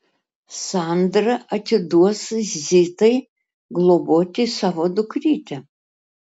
sandra atiduos zitai globoti savo dukrytę